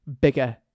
bigger